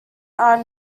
are